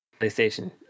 PlayStation